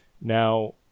Now